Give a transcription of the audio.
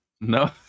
No